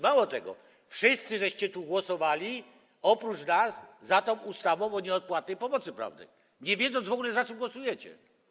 Mało tego, wszyscy tu głosowaliście, oprócz nas, za ustawą o nieodpłatnej pomocy prawnej, nie wiedząc w ogóle, za czym głosujecie.